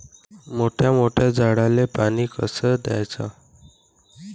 मोठ्या मोठ्या झाडांले पानी कस द्याचं?